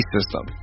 System